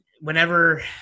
whenever